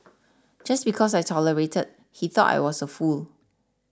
just because I tolerated he thought I was a fool